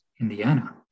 Indiana